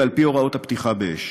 ועל-פי הוראות הפתיחה באש.